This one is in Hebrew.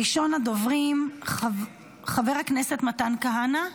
ראשון הדוברים, חבר הכנסת מתן כהנא.